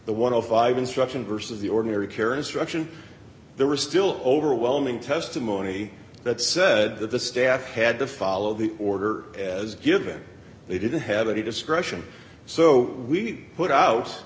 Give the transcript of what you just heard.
the one of five instruction burst of the ordinary care instruction there were still overwhelming testimony that said that the staff had to follow the order as given they didn't have any discretion so we put out